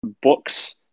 Books